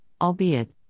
albeit